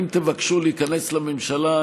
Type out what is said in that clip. אם תבקשו להיכנס לממשלה,